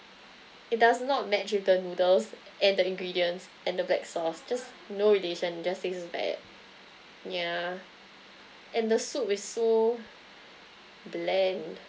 it does not match with the noodles and the ingredients and the black sauce just no relation just taste bad yeah and the soup was so bland